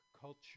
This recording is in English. culture